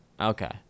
Okay